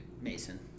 Mason